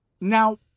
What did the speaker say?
Now